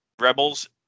rebels